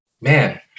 man